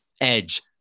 Edge